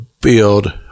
build